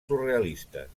surrealistes